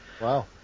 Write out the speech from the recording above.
Wow